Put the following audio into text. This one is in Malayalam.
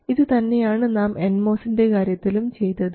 ഇതു തന്നെയാണ് നാം എൻ മോസിൻറെ കാര്യത്തിലും ചെയ്തത്